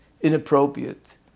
inappropriate